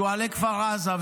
שועלי כפר עזה,